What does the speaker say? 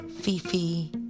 Fifi